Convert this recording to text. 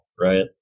Right